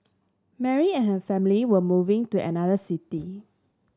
Mary and her family were moving to another city